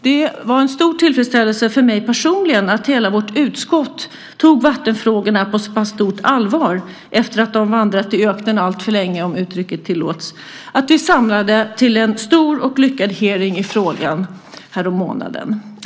Det var en stor tillfredsställelse för mig personligen att hela vårt utskott tog vattenfrågorna på så pass stort allvar efter att ha vandrat i öknen alltför länge - om uttrycket tillåts - att vi samlades till en stor och lyckad hearing i frågan härom månaden.